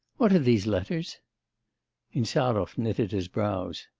what are these letters insarov knitted his brows.